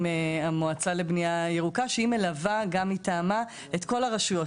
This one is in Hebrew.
המועצה לבנייה ירוקה שהיא מלווה גם מטעמה את כל הרשויות,